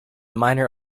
minor